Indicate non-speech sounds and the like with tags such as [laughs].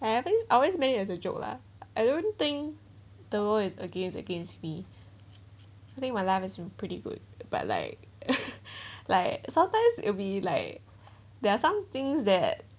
I have always made it as a joke lah I don't think the world is against against me I think my life is pretty good but like [laughs] like sometimes it'll be like there are some things that